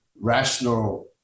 rational